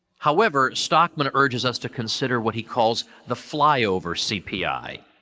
however stockman urges us to consider what he calls the flyover cpi,